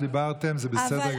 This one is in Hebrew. דיברתם, זה בסדר גמור.